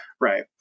Right